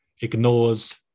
ignores